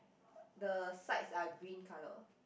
the sides are green colour